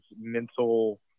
mental –